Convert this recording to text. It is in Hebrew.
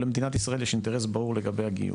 למדינת ישראל יש אינטרס ברור לגבי הגיור.